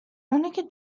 اوناکه